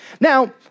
Now